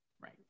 right